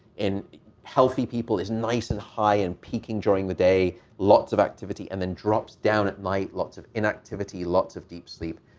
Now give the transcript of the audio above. in healthy people is nice and high and peaking during the day, lots of activity, and then drops down at night, lots of inactivity, lots of deep sleep,